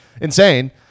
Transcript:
Insane